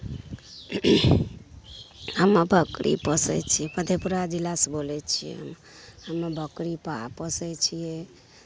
हम बकरी पोसै छी मधेपुरा जिलासे बोलै छिए हम हम बकरी पा पोसै छिए